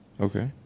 Okay